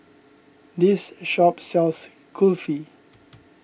this shop sells Kulfi